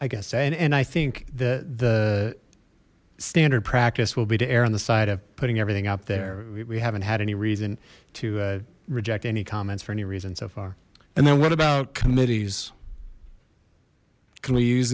i guess a and i think the the standard practice will be to err on the side of putting everything up there we haven't had any reason to reject any comments for any reason so far and then what about committees can we use